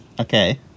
Okay